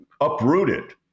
uprooted